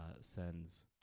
sends